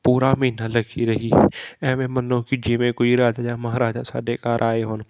ਪੂਰਾ ਮਹੀਨਾ ਲੱਗੀ ਰਹੀ ਐਵੇਂ ਮੰਨੋ ਕਿ ਜਿਵੇਂ ਕੋਈ ਰਾਜਾ ਜਾਂ ਮਹਾਰਾਜਾ ਸਾਡੇ ਘਰ ਆਏ ਹੋਣ